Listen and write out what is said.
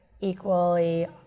equally